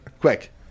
Quick